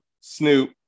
Snoop